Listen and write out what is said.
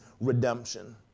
redemption